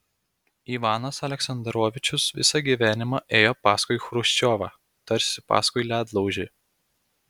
ivanas aleksandrovičius visą gyvenimą ėjo paskui chruščiovą tarsi paskui ledlaužį